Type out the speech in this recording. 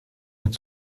mit